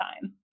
time